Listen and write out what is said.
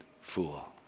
fool